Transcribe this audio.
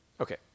Okay